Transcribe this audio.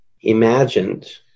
imagined